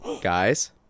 guys